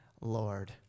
Lord